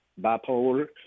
bipolar